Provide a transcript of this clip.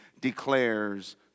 declares